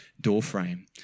doorframe